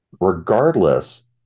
Regardless